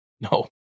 No